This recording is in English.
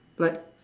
but